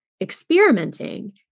experimenting